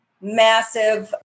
massive